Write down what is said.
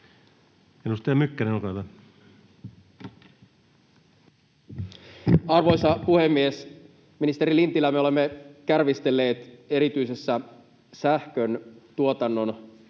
Time: 17:23 Content: Arvoisa puhemies! Ministeri Lintilä, me olemme kärvistelleet erityisessä sähköntuotannon